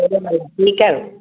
तव्हां ॿुधायो ठीकु आहियो